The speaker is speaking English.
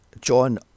John